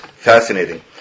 Fascinating